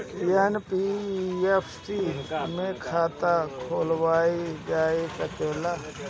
का एन.बी.एफ.सी में खाता खोलवाईल जा सकेला?